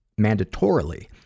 mandatorily